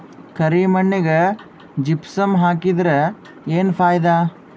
ಕರಿ ಮಣ್ಣಿಗೆ ಜಿಪ್ಸಮ್ ಹಾಕಿದರೆ ಏನ್ ಫಾಯಿದಾ?